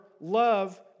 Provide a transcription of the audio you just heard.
love